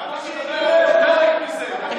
למה, מה,